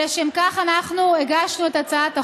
ולשם כך אנחנו הגשנו את הצעת החוק.